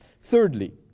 Thirdly